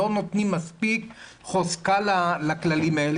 לא נותנים מספיק חוזקה לכללים האלה.